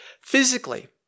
Physically